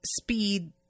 speed